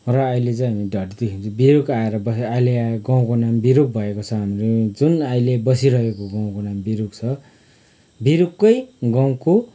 र अहिले चाहिँ हामी धट्ती हिजो बेलुका आएर बसेको अहिले गाँउको नाम बेरुप भएको छ हाम्रो जुन अहिले बसिरहेको गाँउको नाम बेरुप छ बेरुपकै गाँउको